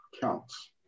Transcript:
counts